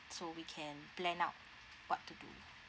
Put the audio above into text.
so we can plan out what to do